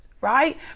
right